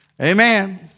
Amen